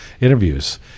interviews